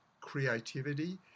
creativity